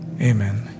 amen